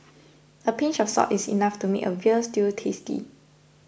a pinch of salt is enough to make a Veal Stew tasty